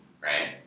right